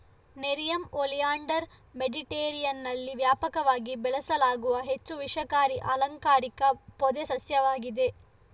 nerium oleander ಮೆಡಿಟರೇನಿಯನ್ನಲ್ಲಿ ವ್ಯಾಪಕವಾಗಿ ಬೆಳೆಸಲಾಗುವ ಹೆಚ್ಚು ವಿಷಕಾರಿ ಅಲಂಕಾರಿಕ ಪೊದೆ ಸಸ್ಯವಾಗಿದೆ